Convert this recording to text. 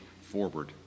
forward